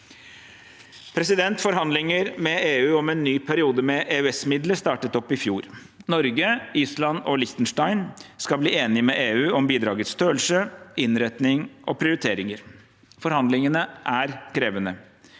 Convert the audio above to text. for 2023. Forhandlinger med EU om en ny periode med EØSmidler startet opp i fjor. Norge, Island og Liechtenstein skal bli enige med EU om bidragets størrelse, innretning og prioriteringer. Forhandlingene er krevende.